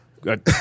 Good